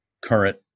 current